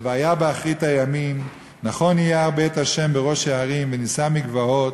"והיה באחרית הימים נכון יהיה הר בית ה' בראש ההרים ונשא מגבעות,